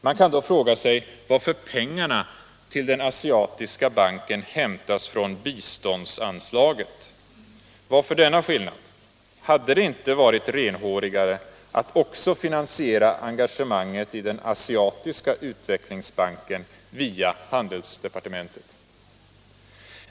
Man kan då fråga sig varför pengarna till den asiatiska banken hämtas från biståndsanslaget. Varför denna skillnad? Hade det inte varit renhårigare att också finansiera engagemanget i Asiatiska utvecklingsbanken via handelsdepartementet?